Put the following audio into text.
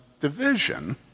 division